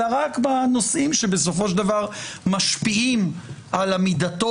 אלא רק בנושאים שבסופו של דבר משפיעים על עמידתו